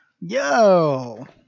Yo